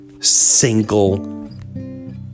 single